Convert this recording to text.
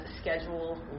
schedule